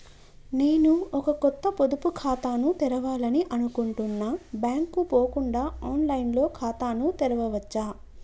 నేను ఒక కొత్త పొదుపు ఖాతాను తెరవాలని అనుకుంటున్నా బ్యాంక్ కు పోకుండా ఆన్ లైన్ లో ఖాతాను తెరవవచ్చా?